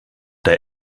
der